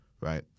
right